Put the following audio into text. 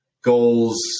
goals